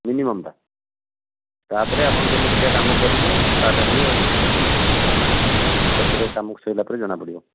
ମିନିମମ୍ଟା ତାପରେ ଆପଣ ଯେମିତିକା କାମ କରିବେ ତାଠାରୁ ବି ପଛରେ କାମ ସରିଲା ପରେ ଜଣାପଡ଼ିବ